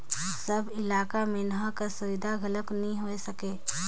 सब इलाका मे नहर कर सुबिधा घलो नी होए सके